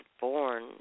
born